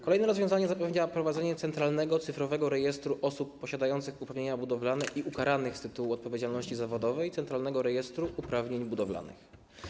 Kolejne rozwiązanie zapewnia prowadzenie centralnego cyfrowego rejestru osób posiadających uprawnienia budowlane i ukaranych z tytułu odpowiedzialności zawodowej, centralnego rejestru uprawnień budowlanych.